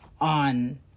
on